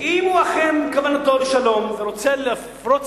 אם אכן כוונתו לשלום והוא רוצה לפרוץ